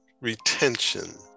retention